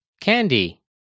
Candy